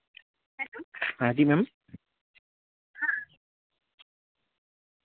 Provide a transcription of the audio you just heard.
હા જી મેમ